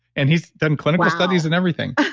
and he's done clinical studies and everything.